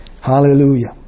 Hallelujah